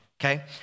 okay